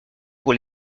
pour